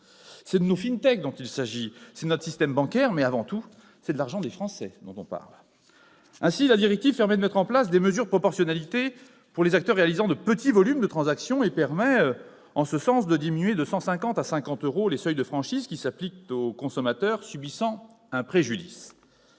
C'est de nos, de notre système bancaire, mais avant tout de l'argent des Français qu'il s'agit. Ainsi, la directive permet de mettre en place des mesures de proportionnalité pour les acteurs réalisant de petits volumes de transaction et, en ce sens, de diminuer, de 150 à 50 euros, les seuils de franchise qui s'appliquent aux consommateurs subissant un préjudice.